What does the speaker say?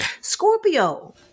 Scorpio